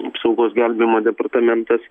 apsaugos gelbėjimo departamentas